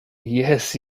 yes